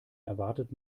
erwartet